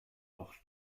auch